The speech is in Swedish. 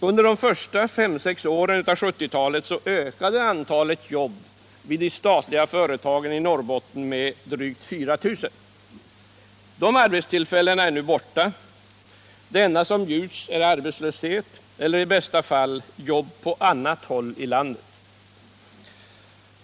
Under 1970-talets första fem sex år ökade antalet jobb vid de statliga företagen i Norrbotten med drygt 4 000. De arbetstillfällena är nu borta. Det enda som bjuds är arbetslöshet eller i bästa fall jobb på annat håll i landet.